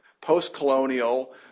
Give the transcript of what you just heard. post-colonial